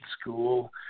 school